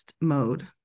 mode